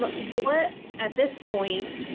but what at this point,